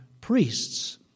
priests